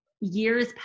years